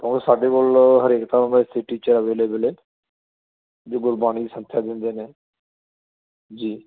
ਔਰ ਸਾਡੇ ਕੋਲ ਹਰੇਕ ਤਰ੍ਹਾਂ ਦਾ ਇੱਥੇ ਟੀਚਰ ਅਵੇਲੇਵਲ ਏ ਜੋ ਗੁਰਬਾਣੀ ਦੀ ਸੰਥਿਆ ਦਿੰਦੇ ਨੇ ਜੀ